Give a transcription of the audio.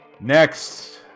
Next